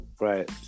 Right